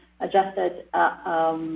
adjusted